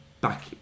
back